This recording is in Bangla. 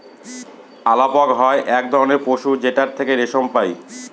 আলাপক হয় এক ধরনের পশু যেটার থেকে রেশম পাই